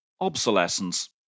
obsolescence